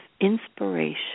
inspiration